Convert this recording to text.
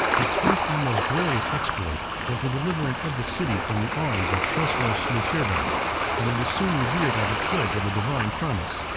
its first and most glorious exploit was the deliverance of the city from the arms of chosroes nushirvan and it was soon revered as a pledge of the divine promise,